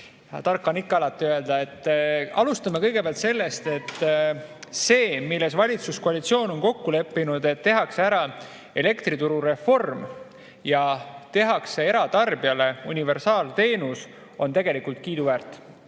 Tarka on ikka alati öelda. Alustame kõigepealt sellest, et see, milles valitsuskoalitsioon on kokku leppinud, et tehakse ära elektrituru reform ja tehakse eratarbijale universaalteenus, on tegelikult kiiduväärt.